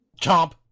Chomp